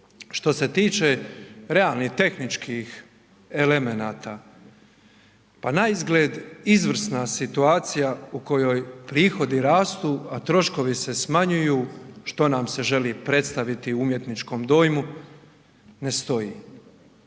Što se tiče realnih, tehničkih elemenata pa naizgled izvrsna situacija u kojoj prihodi rastu, a troškovi se smanjuju što nam se želi predstaviti u umjetničkom dojmu, ne stoji.